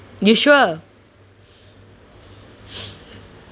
you sure